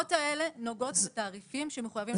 התקנות האלה נוגעות בתעריפים שמחויבים לפי חוק.